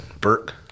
Burke